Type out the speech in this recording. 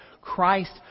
Christ